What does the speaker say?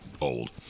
old